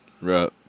Right